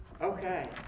Okay